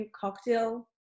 cocktail